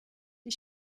die